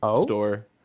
store